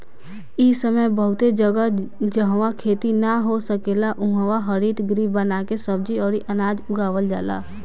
इ समय बहुते जगह, जाहवा खेती ना हो सकेला उहा हरितगृह बना के सब्जी अउरी अनाज उगावल जाला